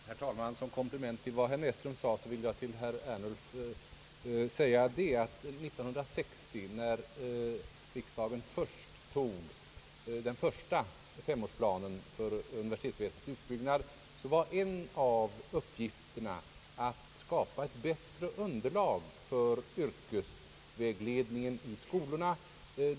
Herr talman! Som komplement till herr Näsströms inlägg vill jag till herr Ernulf säga att när riksdagen år 1960 tog den första femårsplanen för universitetsväsendets utbyggnad var en av uppgifterna att skapa ett bättre underlag för yrkesvägledningen i skolorna.